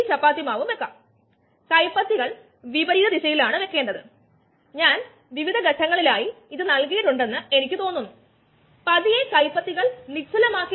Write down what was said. ഇവിടെ കൈനെറ്റിക്സിനെ കുറച്ചു നല്ല ധാരണ ഉണ്ടായിരിക്കണം മാത്രമല്ല എൻസൈം ബയോ റിയാക്ടറുകളുടെ രൂപകൽപ്പനയിലും പ്രവർത്തനത്തിലും അനിവാര്യമായിത്തീരുന്നു